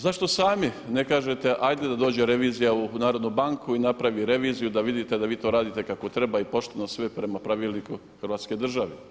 Zašto sami ne kažete ajde da dođe revizija u narodnu banku i napravi reviziju da vidite da vi to radite kako treba i pošteno sve prema pravilniku Hrvatske države?